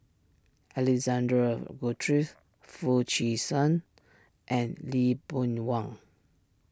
Alexander Guthrie Foo Chee San and Lee Boon Wang